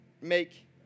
make